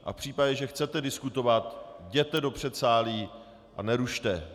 A v případě, že chcete diskutovat, jděte do předsálí a nerušte!